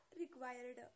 required